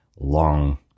Long